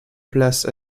place